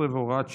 13 והוראת שעה)